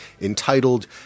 entitled